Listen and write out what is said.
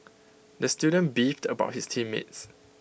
the student beefed about his team mates